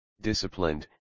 disciplined